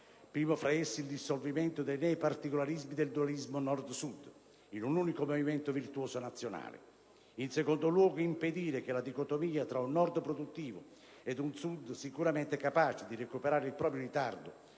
primo tra essi il dissolvimento dei neoparticolarismi e del dualismo Nord‑Sud in un unico movimento virtuoso nazionale. In secondo luogo, è necessario impedire che la dicotomia tra un Nord produttivo ed un Sud sicuramente capace di recuperare il proprio ritardo,